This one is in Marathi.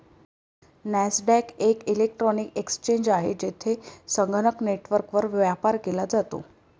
नॅसडॅक एक इलेक्ट्रॉनिक एक्सचेंज आहे, जेथे संगणक नेटवर्कवर व्यापार केला जातो